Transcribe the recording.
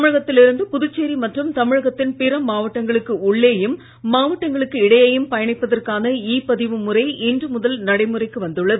தமிழகத்தில் இருந்து புதுச்சேரி மற்றும் தமிழகத்தின் பிற மாவட்டங்களுக்கு உள்ளேயும் மாவட்டங்களுக்கு இடையேயும் பயணிப்பதற்கான இ பதிவு முறை இன்று முதல் நடைமுறைக்கு வந்துள்ளது